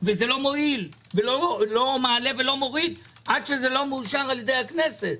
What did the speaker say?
וזה לא מועיל ולא מעלה ולא מוריד עד שזה לא מאושר על-ידי הכנסת.